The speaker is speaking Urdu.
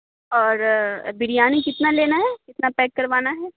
اور بریانی کتنا لینا ہے کتنا پیک کروانا ہے